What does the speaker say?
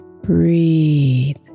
breathe